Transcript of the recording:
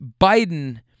biden